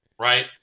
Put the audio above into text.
right